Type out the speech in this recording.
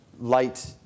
light